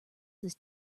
this